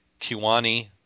Kiwani